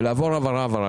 לעבור העברה-העברה,